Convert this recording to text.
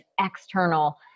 external